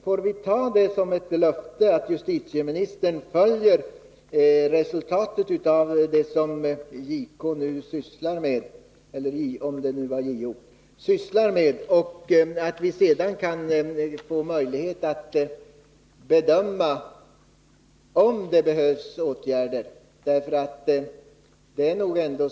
Får vi ta det som ett löfte att justitieministern följer resultatet av det arbete som JK nu bedriver och att vi sedan kan få möjlighet att bedöma om åtgärder behöver vidtas.